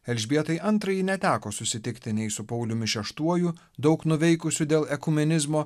elžbietai antrajai neteko susitikti nei su pauliumi šeštuoju daug nuveikusiu dėl ekumenizmo